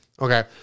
Okay